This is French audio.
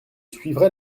suivrai